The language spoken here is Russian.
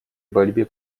борьбе